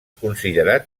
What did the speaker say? considerat